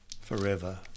forever